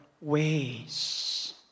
ways